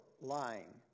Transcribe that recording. lying